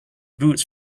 boots